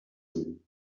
room